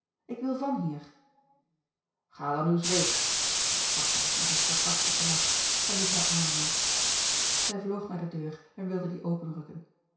ik wil van hier ga dan uws weegs sprak hij met een sarcastischen lach en liet haar arm los zij vloog naar de deur en wilde die